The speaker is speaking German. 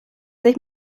sich